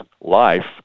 life